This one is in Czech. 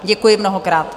Děkuji mnohokrát.